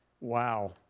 Wow